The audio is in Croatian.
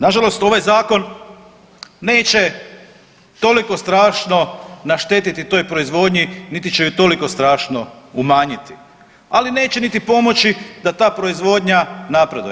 Na žalost ovaj zakon neće toliko strašno naštetiti toj proizvodnji niti će je toliko strašno umanjiti, ali neće niti pomoći da ta proizvodnja napreduje.